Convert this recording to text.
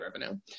revenue